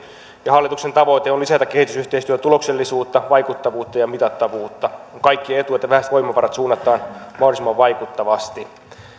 ja hallituksen tavoite on lisätä kehitysyhteistyön tuloksellisuutta vaikuttavuutta ja mitattavuutta on kaikkien etu että vähäiset voimavarat suunnataan mahdollisimman vaikuttavasti